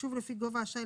מחושב לפי שכר